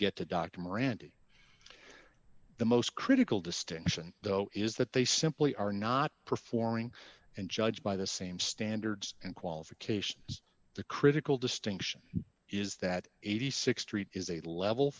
get to dr marandi the most critical distinction though is that they simply are not performing and judged by the same standards and qualifications the critical distinction is that eighty six dollars street is a level